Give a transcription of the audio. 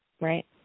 Right